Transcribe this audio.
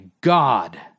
God